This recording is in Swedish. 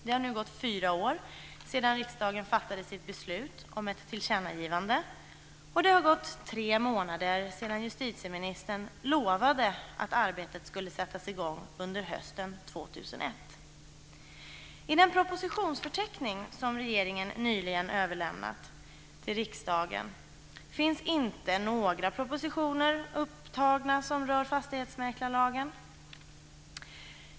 Det har nu gått fyra år sedan riksdagen fattade sitt beslut om ett tillkännagivande, och det har gått tre månader sedan justitieministern lovade att arbetet skulle sättas i gång under hösten 2001. I den propositionsförteckning som regeringen nyligen överlämnat till riksdagen finns inte några propositioner upptagna som rör fastighetsmäklarlagen.